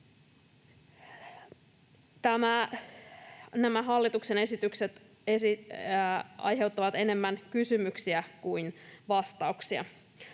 Nämä hallituksen esitykset aiheuttavat enemmän kysymyksiä kuin vastauksia.